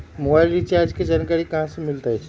Mobile recharge के जानकारी कहा से मिलतै?